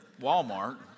Walmart